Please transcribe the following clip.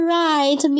right